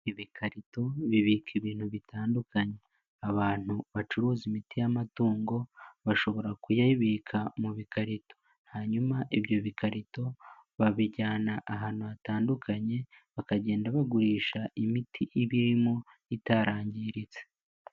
Ibikarito bibika ibintu bitandukanye, abantu bacuruza imiti y'amatungo bashobora kuyabika mu bikarito, hanyuma ibyo bi bikarito babijyana ahantu hatandukanye, bakagenda bagurisha imiti iba irimo itarangiritse.